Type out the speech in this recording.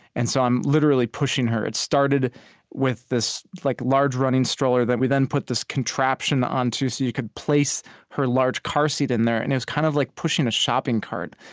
and so i'm literally pushing her it started with this like large running stroller that we then put this contraption onto so you could place her large car seat in there. and it was kind of like pushing a shopping cart,